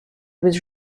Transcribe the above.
was